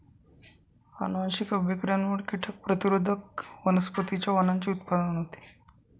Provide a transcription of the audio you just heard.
अनुवांशिक अभियांत्रिकीमुळे कीटक प्रतिरोधक वनस्पतींच्या वाणांचे उत्पादन होते